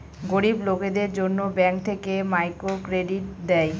গরিব লোকদের জন্য ব্যাঙ্ক থেকে মাইক্রো ক্রেডিট দেয়